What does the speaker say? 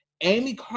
Amy